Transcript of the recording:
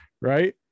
right